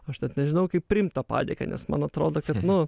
aš net nežinau kaip priimt tą padėką nes man atrodo kad nu